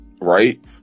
Right